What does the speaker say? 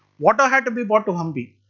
water had to be bought to hampi.